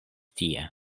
tie